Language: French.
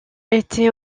était